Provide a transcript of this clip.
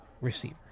receiver